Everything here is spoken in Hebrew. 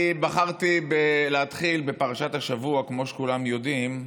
אני בחרתי להתחיל בפרשת השבוע, כמו שכולם יודעים,